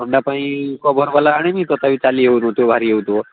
ଥଣ୍ଡା ପାଇଁ କଭର୍ ବାଲା ଆଣିମି ତଥାପି ଚାଲି ହେଉନଥିବ ଭାରି ହେଉଥିବ